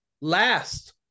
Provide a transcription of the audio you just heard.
last